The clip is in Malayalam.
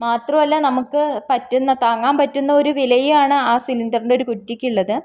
മാത്രമല്ല നമുക്ക് പറ്റുന്ന താങ്ങാൻ പറ്റുന്ന ഒരു വിലയാണ് ആ സിലിണ്ടറിന്റെ ഒരു കുറ്റിക്കുള്ളത്